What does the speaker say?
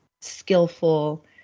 skillful